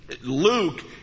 Luke